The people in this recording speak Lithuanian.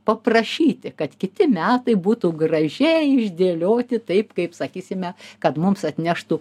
paprašyti kad kiti metai būtų gražiai išdėlioti taip kaip sakysime kad mums atneštų